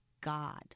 God